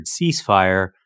ceasefire